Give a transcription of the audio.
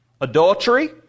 Adultery